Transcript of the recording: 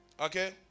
Okay